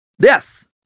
Death